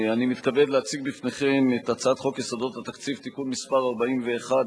אני מתכבד להציג בפניכם את הצעת חוק יסודות התקציב (תיקון מס' 41),